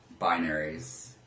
binaries